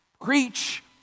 Preach